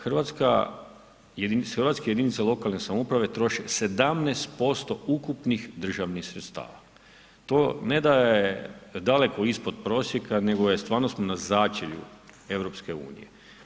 Hrvatske jedinice lokalne samouprave troše 17% ukupnih državnih sredstva, to ne da je daleko ispod prosjeka nego je stvarno smo na začelju EU-a.